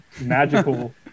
magical